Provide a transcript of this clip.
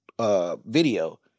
video